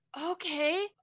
okay